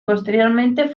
posteriormente